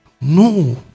No